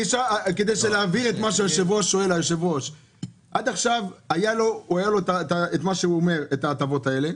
כדי להבין את מה שהיושב-ראש שואל עד עכשיו היו לו ההטבות האלה,